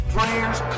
Prayers